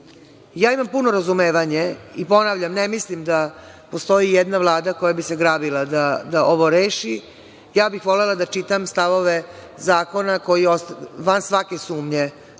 imam puno razumevanje i ne mislim da postoji i jedna vlada koja bi se grabila da ovo reši. Volela bih da čitam stavove zakona koji van svake sumnje